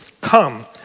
come